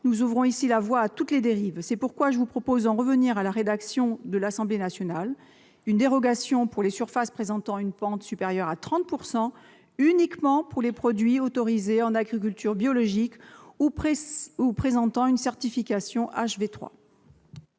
nous ouvrons ici la voie à toutes les dérives. C'est pourquoi je vous propose d'en revenir à la rédaction de l'Assemblée nationale : une dérogation pour les surfaces présentant une pente supérieure à 30 % uniquement pour les produits autorisés en agriculture biologique ou présentant une certification HVE